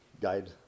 guide